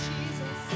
Jesus